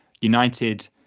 United